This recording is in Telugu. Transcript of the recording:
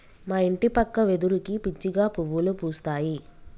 మా ఇంటి పక్క వెదురుకి పిచ్చిగా పువ్వులు పూస్తాయి